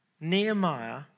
Nehemiah